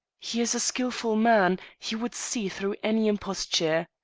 he is a skilful man he would see through any imposture.